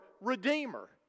Redeemer